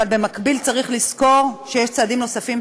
אבל במקביל צריך לזכור שיש צעדים נוספים,